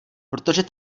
protože